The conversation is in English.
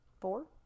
Four